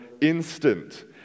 instant